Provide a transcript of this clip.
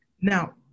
Now